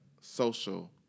social